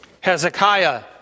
Hezekiah